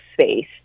space